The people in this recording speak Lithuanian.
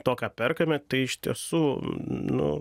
to ką perkame tai iš tiesų nu